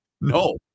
No